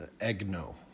egno